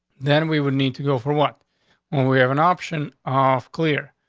then we would need to go. for what? when we have an option off. clear.